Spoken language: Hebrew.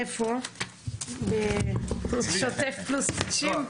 איפה, בשוטף פלוס 90?